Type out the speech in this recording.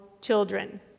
children